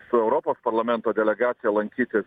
su europos parlamento delegacija lankytis